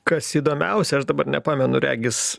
kas įdomiausia aš dabar nepamenu regis